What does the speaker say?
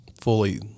fully